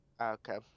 Okay